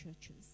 churches